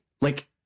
Like-